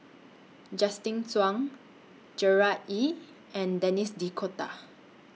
Justin Zhuang Gerard Ee and Denis D'Cotta